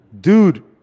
Dude